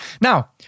Now